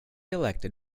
elected